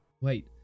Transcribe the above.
Wait